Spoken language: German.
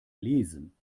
lesen